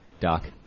Doc